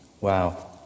Wow